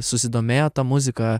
susidomėjo ta muzika